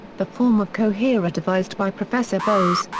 the form of coherer devised by professor bose,